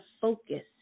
focus